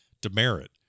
Demerit